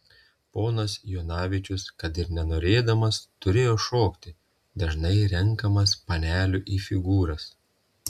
ponas jonavičius kad ir nenorėdamas turėjo šokti dažnai renkamas panelių į figūras